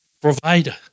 Provider